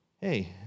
hey